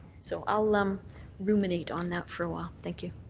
so i'll um ruminate on that for a while. thank you.